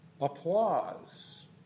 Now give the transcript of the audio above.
applause